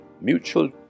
mutual